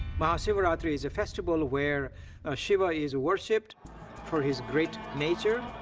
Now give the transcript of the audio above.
maha shivaratri is a festival where shiva is worshipped for his great nature.